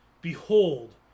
Behold